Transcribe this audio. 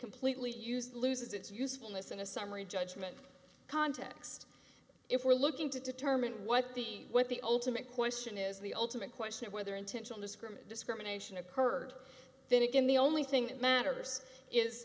completely used loses its usefulness in a summary judgment context if we're looking to determine what the what the ultimate question is the ultimate question of whether intentional the scrimmage discrimination occurred then again the only thing that matters is